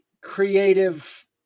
creative